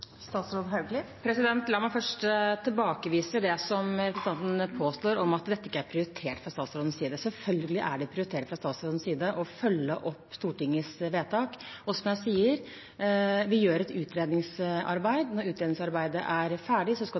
La meg først tilbakevise det som representanten påstår om at dette ikke er prioritert fra statsrådens side. Selvfølgelig er det prioritert fra statsrådens side å følge opp Stortingets vedtak, og som jeg sier: Vi gjør et utredningsarbeid. Når utredningsarbeidet er ferdig, skal det ut på høring, og så skal